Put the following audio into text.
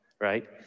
right